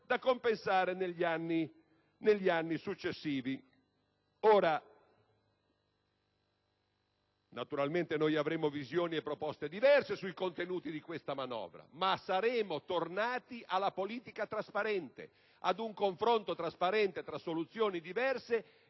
da compensare negli anni successivi. Naturalmente avremo visioni e proposte diverse sui contenuti di questa manovra ma saremo tornati alla politica trasparente, ad un confronto trasparente tra soluzioni diverse